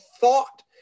thought